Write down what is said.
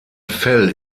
fell